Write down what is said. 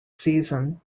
season